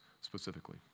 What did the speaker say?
specifically